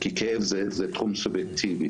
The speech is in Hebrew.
כי כאב זה תחום סובייקטיבי.